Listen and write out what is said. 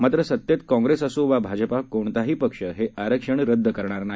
मात्र सतेत काँग्रेस असे वा भाजपा कोणताही पक्ष हे आरक्षण रद्द करणार नाही